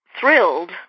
thrilled